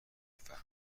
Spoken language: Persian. بفهمن